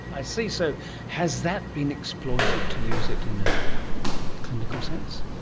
i see, so has that been exploited to use it in a clinical sense?